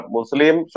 Muslim